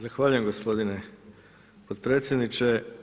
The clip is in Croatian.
Zahvaljujem gospodine potpredsjedniče.